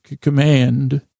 command